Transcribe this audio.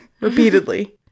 repeatedly